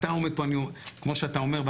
אתה עומד פה כמו שאתה אומר,